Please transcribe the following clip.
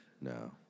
No